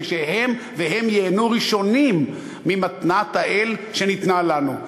שהם ייהנו ראשונים ממתנת האל שניתנה לנו.